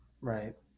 Right